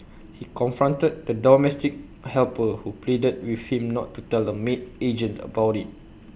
he confronted the domestic helper who pleaded with him not to tell the maid agent about IT